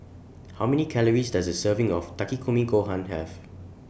How Many Calories Does A Serving of Takikomi Gohan Have